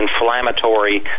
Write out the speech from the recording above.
inflammatory